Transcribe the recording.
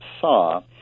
saw